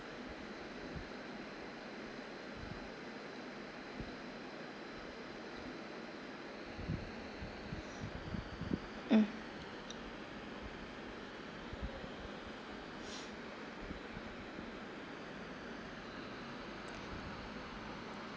mm